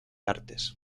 artes